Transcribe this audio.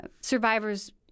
survivors